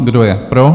Kdo je pro?